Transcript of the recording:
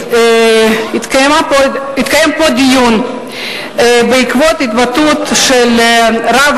התקיים פה דיון בעקבות התבטאות של רב